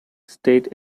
state